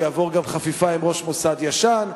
שיעבור גם חפיפה עם ראש המוסד הישן,